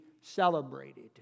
celebrated